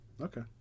Okay